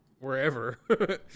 wherever